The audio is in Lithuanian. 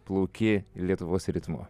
plauki lietuvos ritmu